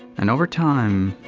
and over time,